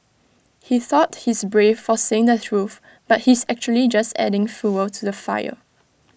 he thought he's brave for saying the truth but he's actually just adding fuel to the fire